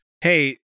hey